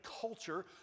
culture